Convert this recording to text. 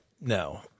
No